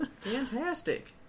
Fantastic